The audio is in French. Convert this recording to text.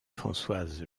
françoise